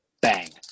Bang